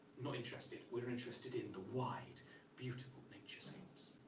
not interested. we are interested in the wide beautiful naturescapes.